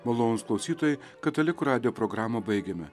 malonūs klausytojai katalikų radijo programą baigiame